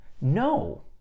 No